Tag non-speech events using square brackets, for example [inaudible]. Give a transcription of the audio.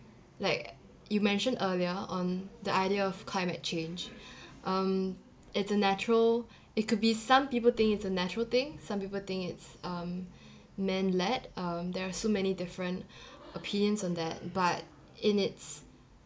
like you mentioned earlier on the idea of climate change [breath] um it's a natural it could be some people think it's a natural thing some people think it's um men led um there are so many different [breath] opinions on that but in its